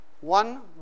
One